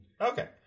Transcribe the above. Okay